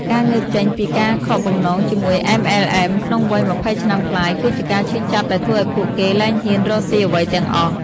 ការងើបចេញពីការខកបំណងជាមួយ MLM ក្នុងវ័យ២០ឆ្នាំប្លាយ គឺជាការឈឺចាប់ដែលធ្វើឱ្យពួកគេលែងហ៊ានរកស៊ីអ្វីទាំងអស់។